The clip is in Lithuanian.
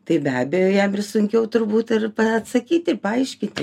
tai be abejo jam ir sunkiau turbūt ir atsakyti ir paaiškinti